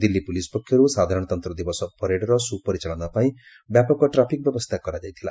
Delhi police ପକ୍ଷରୁ ସାଧାରଣତନ୍ତ୍ର ଦିବସ ପ୍ୟାରେଡ୍ର ସୁପରିଚାଳନା ପାଇଁ ବ୍ୟାପକ ଟ୍ରାଫିକ୍ ବ୍ୟବସ୍ଥା କରାଯାଇଥିଲା